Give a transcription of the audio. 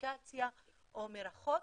באפליקציה או מרחוק,